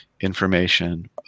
information